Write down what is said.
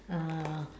uh